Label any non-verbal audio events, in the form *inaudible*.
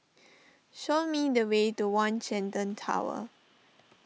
*noise* show me the way to one Shenton Tower